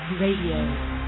Radio